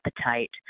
appetite